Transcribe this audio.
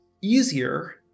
easier